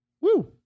Woo